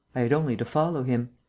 i had only to follow him.